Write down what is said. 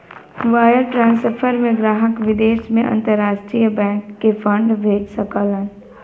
wire transfer में ग्राहक विदेश में अंतरराष्ट्रीय बैंक के फंड भेज सकलन